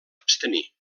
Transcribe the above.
abstenir